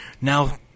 now